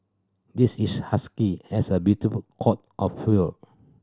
this is husky has a beautiful coat of fur